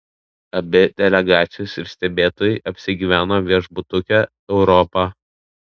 abi delegacijos ir stebėtojai apsigyveno viešbutuke europa